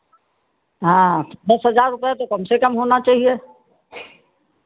हाँ दस हज़ार रुपैया तो कम से कम होना चहिए